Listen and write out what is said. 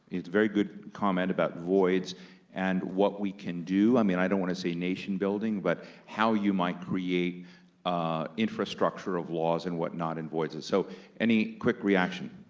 it's a very good comment about voids and what we can do. i mean, i don't wanna say nation building, but how you might create infrastructure of laws and what not in voids, and so any quick reaction.